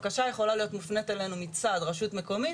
בקשה יכולה להיות מופנית אלינו מצד רשות מקומית,